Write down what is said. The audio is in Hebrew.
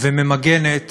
וממגנת